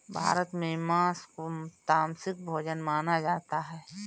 भारत में माँस को तामसिक भोजन माना जाता है